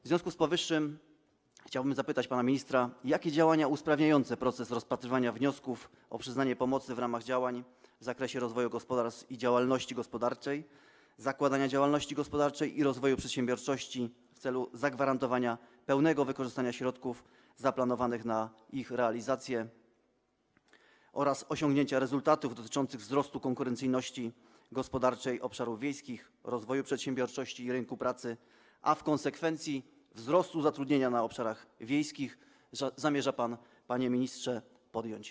W związku z powyższym chciałbym zapytać pana ministra, jakie działania usprawniające proces rozpatrywania wniosków o przyznanie pomocy w ramach działań w zakresie rozwoju gospodarstw i działalności gospodarczej, zakładania działalności gospodarczej i rozwoju przedsiębiorczości w celu zagwarantowania pełnego wykorzystania środków zaplanowanych na ich realizację oraz osiągnięcia rezultatów dotyczących wzrostu konkurencyjności gospodarczej obszarów wiejskich, rozwoju przedsiębiorczości i rynku pracy, a w konsekwencji wzrostu zatrudnienia na obszarach wiejskich zamierza pan, panie ministrze, podjąć.